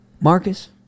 Marcus